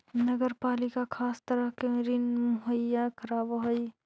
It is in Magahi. नगर पालिका खास तरह के ऋण मुहैया करावऽ हई